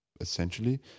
essentially